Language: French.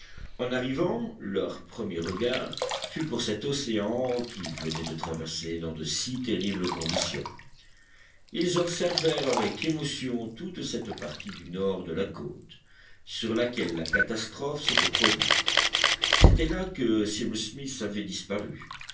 en arrivant leur premier regard fut pour cet océan qu'ils venaient de traverser dans de si terribles conditions ils observèrent avec émotion toute cette partie du nord de la côte sur laquelle la catastrophe s'était produite c'était là que cyrus smith avait disparu